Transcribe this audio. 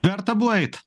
verta buvo eit